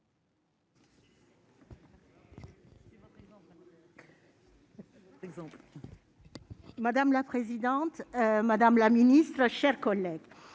madame la présidente, madame la ministre, mes chers collègues,